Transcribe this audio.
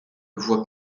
voit